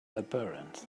apparent